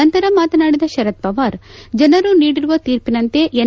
ನಂತರ ಮಾತನಾಡಿದ ಶರದ್ ಪವಾರ್ ಜನರು ನೀಡಿರುವ ತೀರ್ಪಿನಂತೆ ಎನ್